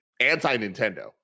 anti-nintendo